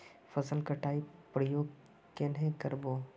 फसल कटाई प्रयोग कन्हे कर बो?